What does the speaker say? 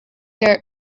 der